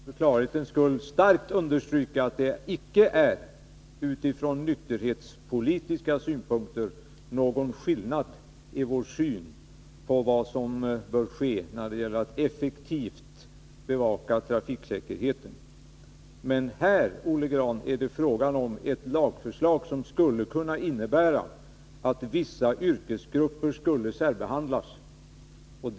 Herr talman! Jag vill bara för klarhetens skull starkt understryka att det utifrån nykterhetspolitiska synpunkter inte finns någon skillnad i vår syn på vad som bör ske när det gäller att effektivt bevaka trafiksäkerheten. Men här, Olle Grahn, är det fråga om ett lagförslag som skulle kunna innebära att vissa yrkesgrupper särbehandlades.